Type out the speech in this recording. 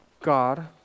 God